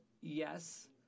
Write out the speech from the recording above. yes